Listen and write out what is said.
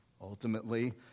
Ultimately